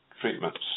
treatments